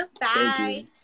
Bye